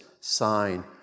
sign